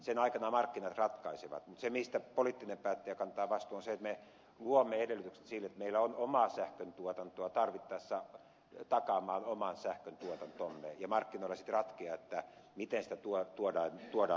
sen aikanaan markkinat ratkaisevat mutta se mistä poliittinen päättäjä kantaa vastuun on se että me luomme edellytykset sille että meillä on omaa sähköntuotantoa tarvittaessa turvaamaan oman sähköntarpeemme ja markkinoilla sitten ratkeaa miten sitä tuodaan ja viedään